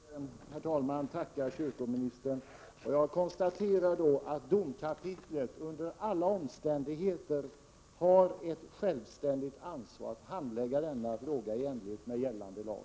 Herr talman! Jag vill tacka kyrkoministern och konstaterar att domkapitlet under alla omständigheter har ett självständigt ansvar att handlägga denna fråga i enlighet med gällande lag.